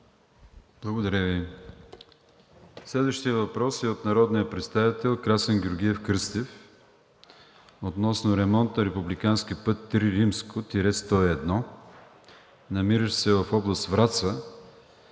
Благодаря Ви. Следващият въпрос е от народния представител Красен Георгиев Кръстев относно ремонт на републикански път III-101, намиращ се в област Враца